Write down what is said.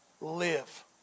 live